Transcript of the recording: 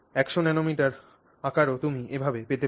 100 nanometre আকারও তুমি এভাবে পাতে পার